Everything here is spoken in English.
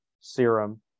serum